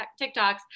tiktoks